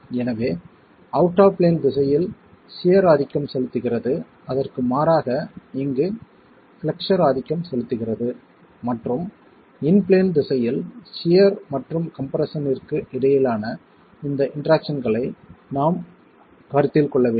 எனவே out of plane திசையில் shear ஆதிக்கம் செலுத்துகிறது அதற்கு மாறாக இங்கு பிளக்ஸ்ஸர் ஆதிக்கம் செலுத்துகிறது மற்றும் இன் பிளேன் திசையில் சியர் மற்றும் கம்ப்ரெஸ்ஸனிற்கு இடையிலான இந்த இன்டெராக்சன்களை நாம் கருத்தில் கொள்ள வேண்டும்